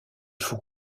faut